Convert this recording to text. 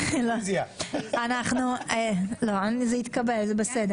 אנחנו אמרנו שלא יעשו את זה ודווקא